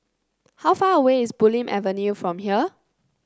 how far away is Bulim Avenue from here